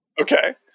Okay